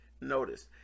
notice